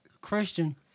Christian